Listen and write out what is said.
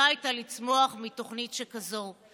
יכולה הייתה לצמוח מתוכנית שכזו?